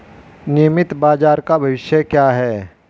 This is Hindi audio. नियमित बाजार का भविष्य क्या है?